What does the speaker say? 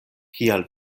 kial